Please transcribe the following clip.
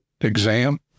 exam